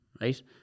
right